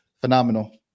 phenomenal